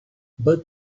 but